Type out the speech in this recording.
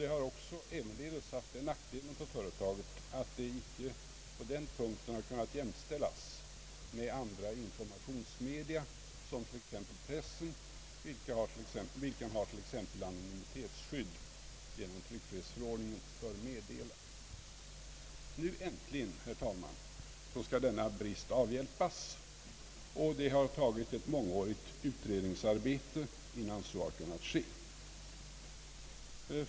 Det har ävenledes haft den nackdelen ur företagets synpunkt, att detta icke härvidlag kunnat jämställas med andra informationsmedia som t.ex. pressen, vilken ju genom tryckfrihetsförordningen har ett anonymitetsskydd för meddelare. Nu, herr talman, skall denna brist äntligen avhjälpas. Ett mångårigt utredningsarbete har varit nödvändigt innan förslag kunnat framläggas.